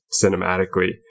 cinematically